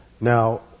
Now